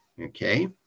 Okay